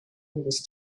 was